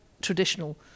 traditional